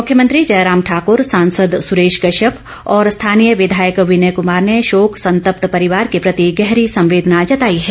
मुख्यमंत्री जयराम ठाकुर सांसद सुरेश कश्यप और स्थानीय विधायक विनय कुमार ने शोक संतप्त परिवार के प्रति गहरी संवेदना जताई है